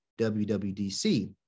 WWDC